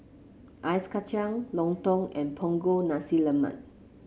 Ice Kacang lontong and Punggol Nasi Lemak